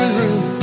room